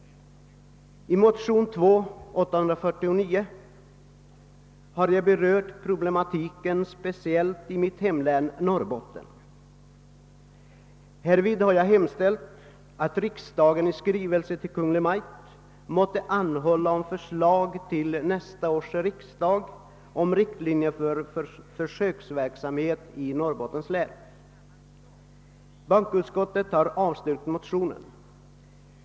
I motion II: 849 har jag berört problematiken i speciellt mitt hemlän Norrbotten. Härvid har jag hemställt att riksdagen i skrivelse till Kungl. Maj:t måtte anhålla om förslag till nästa års riksdag om riktlinjer för försöksverksamhet i Norrbottens län. Bankoutskottet har avstyrkt motionen.